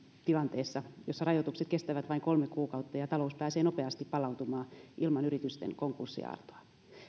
tilanteessa jossa rajoitukset kestävät vain kolme kuukautta ja ja talous pääsee nopeasti palautumaan ilman yritysten konkurssiaaltoa